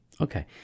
Okay